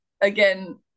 again